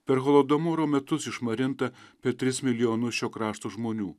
per holodomoro metus išmarinta per tris milijonus šio krašto žmonių